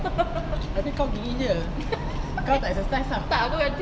abeh kau beginner kau tak exercise [tau]